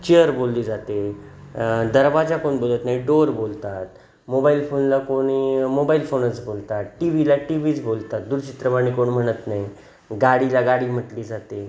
chair बोलली जाते दरवाजा कोण बोलत नाही डोअर बोलतात मोबाईल फोनला कोणी मोबाईल फोनच बोलतात टी व्हीला टी व्हीच बोलतात दूरचित्रवाणी कोण म्हणत नाही गाडीला गाडी म्हटली जाते